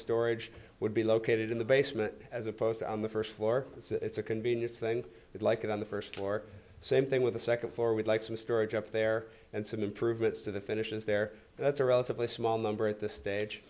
storage would be located in the basement as opposed to on the first floor it's a convenience thing like that on the first floor same thing with the second floor would like some storage up there and some improvements to the finish is there that's a relatively small number at this stage